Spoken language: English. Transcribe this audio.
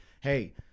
hey